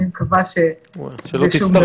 אני מקווה שזה שום דבר